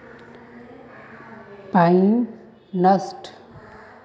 pine nuts protein, iron आर मैग्नीशियमेर कारण काहरो ऊर्जा स्तरक बढ़वा पा छे